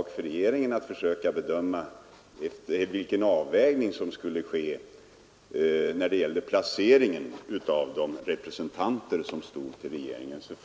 att regeringen fick försöka göra avvägningen i vad gällde placeringen av de representanter som stod till förfogande.